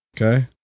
okay